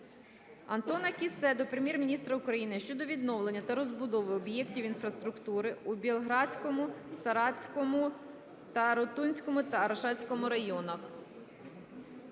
Антона Кіссе до Прем'єр-міністра України щодо відновлення та розбудови об'єктів інфраструктури у Болградському, Саратському, Тарутинському та Арцизькому районах.